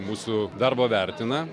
mūsų darbą vertina